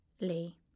Lee